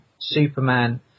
Superman